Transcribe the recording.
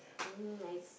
mm I see